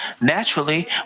naturally